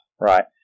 Right